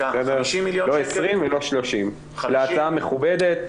לא 20 ולא 30. זו הצעה מכובדת,